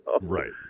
Right